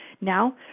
Now